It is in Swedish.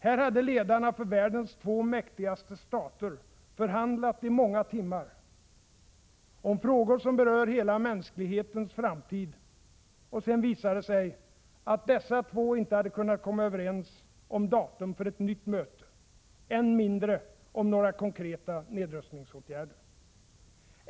Här hade ledarna för världens två mäktigaste stater förhandlat i många timmar om frågor som berör hela mänsklighetens framtid — och sedan visade det sig att dessa två inte kunnat komma överens ens om datum för ett nytt möte, än mindre om några konkreta nedrustningsåtgärder.